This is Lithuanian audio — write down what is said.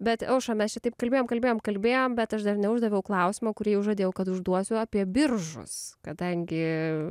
bet aušra mes čia taip kalbėjom kalbėjom kalbėjom bet aš dar neuždaviau klausimo kurį jau žadėjau kad užduosiu apie biržus kadangi